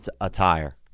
Attire